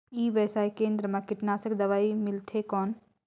ई व्यवसाय केंद्र मा कीटनाशक दवाई मिलथे कौन?